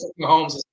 Mahomes